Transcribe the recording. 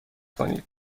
کنید